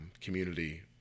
community